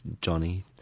Johnny